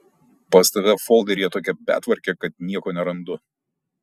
pas tave folderyje tokia betvarkė kad nieko nerandu